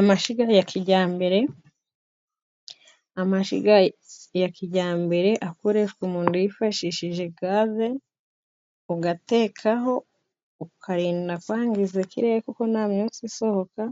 Amashiga ya kijyambere amashiga ya kijyambere akoreshwa umuntu yifashishije gaze, ugatekaho ukarinda kwangiza ikirere kuko ntamyotsi isohoka,